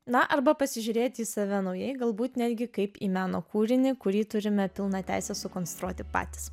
na arba pasižiūrėti į save naujai galbūt netgi kaip į meno kūrinį kurį turime pilną teisę sukonstruoti patys